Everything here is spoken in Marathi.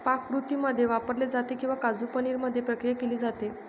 पाककृतींमध्ये वापरले जाते किंवा काजू पनीर मध्ये प्रक्रिया केली जाते